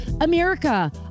America